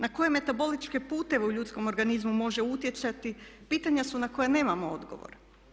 Na koje metaboličke puteve u ljudskom organizmu može utjecati pitanja su na koja nemamo odgovor.